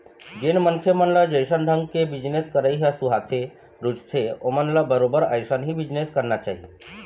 जेन मनखे मन ल जइसन ढंग के बिजनेस करई ह सुहाथे, रुचथे ओमन ल बरोबर अइसन ही बिजनेस करना चाही